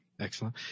Excellent